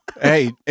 Hey